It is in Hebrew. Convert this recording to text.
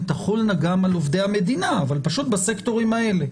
הן תחולנה גם על עובדי המדינה אבל פשוט בסקטורים האלה.